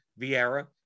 vieira